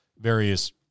various